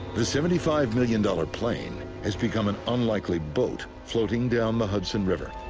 the seventy five million dollars plane has become an unlikely boat floating down the hudson river.